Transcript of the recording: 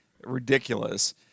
ridiculous